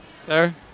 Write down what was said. Sir